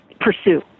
pursue